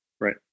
right